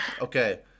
okay